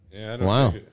Wow